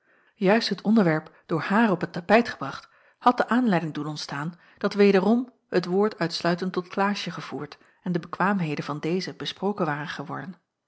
juist het onderwerp door haar op het tapijt gebracht had de aanleiding doen ontstaan dat wederom het woord uitsluitend tot klaasje gevoerd en de bekwaamheden van deze besproken waren geworden